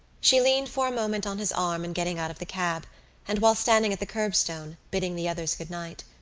she leaned for a moment on his arm in getting out of the cab and while standing at the curbstone, bidding the others good-night.